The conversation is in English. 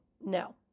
no